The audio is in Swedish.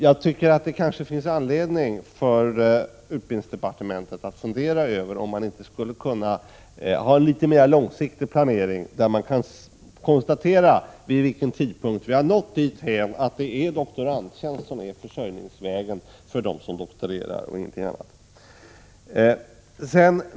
Jag tycker det finns anledning för utbildningsdepartementet att fundera över om man inte skulle kunna ha en mera långsiktig planering, där man kan konstatera vid vilken tidpunkt man nått dithän att de som doktorerar försörjer sig med doktorandtjänst och ingenting annat.